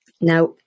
Now